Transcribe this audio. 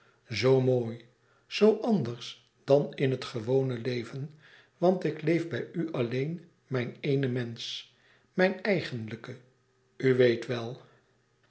zoo mooi zoo anders dan in het gewone leven want ik leef bij u alleen mijn eene mensch mijn eigenlijke u weet wel